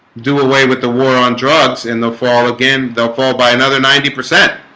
do away with the war on drugs in the fall again. they'll fall by another ninety percent